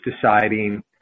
deciding